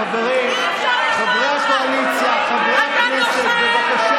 חברים, חברי הקואליציה, חברי הכנסת, בבקשה.